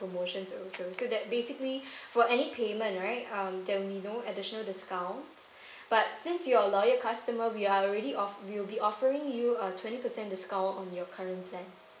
promotions also so that basically for any payment right um there will be no additional discounts but since you're loyal customer we are already off~ we'll be offering you a twenty percent discount on your current plan